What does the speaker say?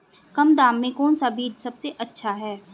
कम दाम में कौन सा बीज सबसे अच्छा है?